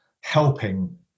helping